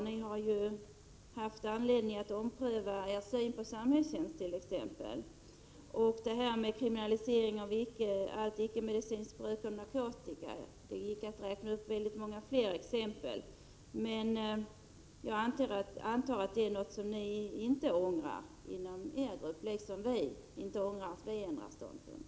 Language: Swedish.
Ni har haft anledning att ompröva er syn på t.ex. samhällstjänst och kriminaliseringen av ickemedicinskt bruk av narkotika. Det skulle gå att räkna upp många fler exempel. Jag antar i alla fall att det är något ni inte ångrar inom er grupp, liksom vi inte ångrar att vi ändrat ståndpunkt.